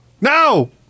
no